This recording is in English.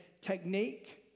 technique